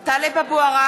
(קוראת בשמות חברי הכנסת) טלב אבו עראר,